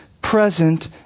present